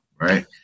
right